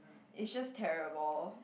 it's just terrible